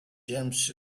james